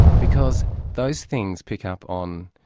because those things pick up on